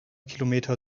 kilometer